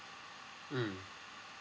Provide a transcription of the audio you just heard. mm